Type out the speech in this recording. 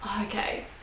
Okay